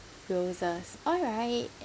roses alright